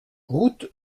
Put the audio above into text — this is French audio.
route